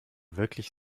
wirklich